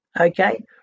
Okay